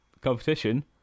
Competition